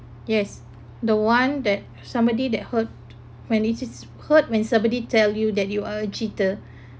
yes the one that somebody that hurt when it it's hurt when somebody tell you that you are a cheater